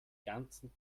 ganzen